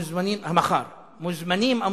מוזמנים,